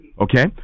Okay